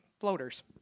floaters